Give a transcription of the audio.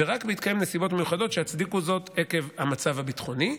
ורק בהתקיים נסיבות מיוחדות שיצדיקו זאת עקב המצב הביטחוני.